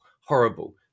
horrible